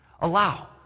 allow